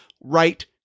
right